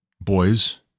boys